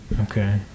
okay